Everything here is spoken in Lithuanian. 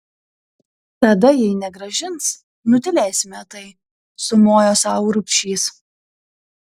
tada jei negrąžins nutylėsime tai sumojo sau urbšys